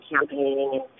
campaigning